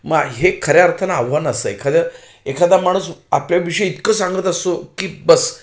मा हे खऱ्या अर्थानं आव्हान असं आहे एखादं एखादा माणूस आपल्याविषयी इतकं सांगत असतो की बस